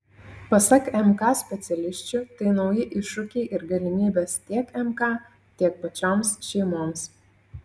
pasak mk specialisčių tai nauji iššūkiai ir galimybės tiek mk tiek pačioms šeimoms